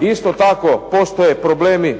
Isto tako, postoje problemi